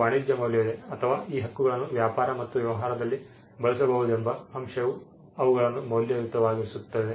ವಾಣಿಜ್ಯ ಮೌಲ್ಯವಿದೆ ಅಥವಾ ಈ ಹಕ್ಕುಗಳನ್ನು ವ್ಯಾಪಾರ ಮತ್ತು ವ್ಯವಹಾರದಲ್ಲಿ ಬಳಸಬಹುದೆಂಬ ಅಂಶವು ಅವುಗಳನ್ನು ಮೌಲ್ಯಯುತವಾಗಿಸುತ್ತದೆ